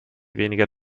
weniger